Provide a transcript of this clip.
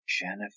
Jennifer